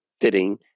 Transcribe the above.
fitting